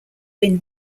win